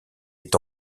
est